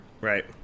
Right